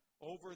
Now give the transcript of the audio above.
over